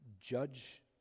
judge